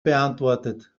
beantwortet